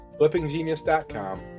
FlippingGenius.com